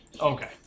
Okay